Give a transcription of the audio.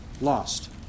lost